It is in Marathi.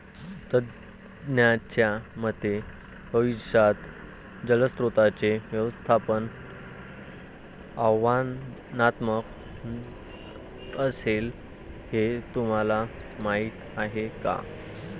तज्ज्ञांच्या मते भविष्यात जलस्रोतांचे व्यवस्थापन आव्हानात्मक असेल, हे तुम्हाला माहीत आहे का?